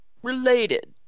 Related